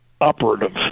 operative